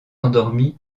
endormie